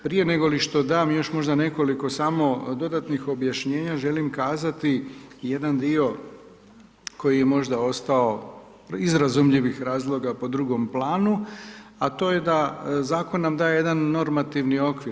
Prije negoli što dam još možda nekoliko samo dodatnih objašnjenja želim kazati jedan dio koji je možda ostao iz razumljivim razloga po drugom planu, a to je da zakon nam daje jedan normativni okvir.